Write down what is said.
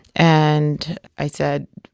and i said,